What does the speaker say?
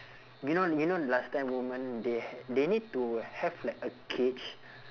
you know you know last time women they ha~ they need to have like a cage